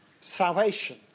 salvation